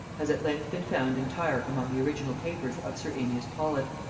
has at length been found entire among the original papers of sir amias paulet.